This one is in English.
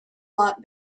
lot